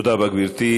תודה רבה, גברתי.